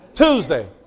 Tuesday